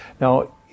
Now